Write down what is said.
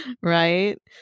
right